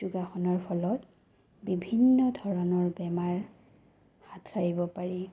যোগাসনৰ ফলত বিভিন্ন ধৰণৰ বেমাৰ হাত সাৰিব পাৰি